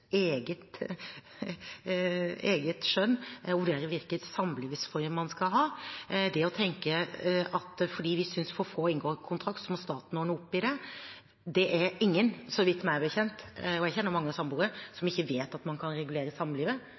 eget skjønn å vurdere hvilken samlivsform de skal ha, å tenke at fordi vi synes for få inngår kontrakt, må staten ordne opp i det. Det er ingen, så vidt jeg vet, og jeg kjenner mange samboere, som ikke vet at man kan regulere samlivet,